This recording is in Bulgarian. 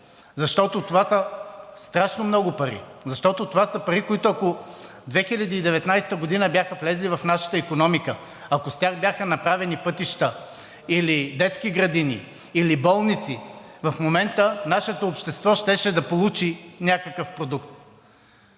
защото това са страшно много пари. Защото това са пари, които, ако 2019 г. бяха влезли в нашата икономика, ако с тях бяха направени пътища или детски градини, или болници, в момента нашето общество щеше да получи някакъв продукт.